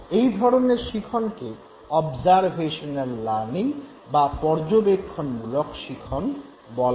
এই ধরণের শিখনকে অবজার্ভেশনাল লার্নিং বা পর্যবেক্ষণমূলক শিখন বলে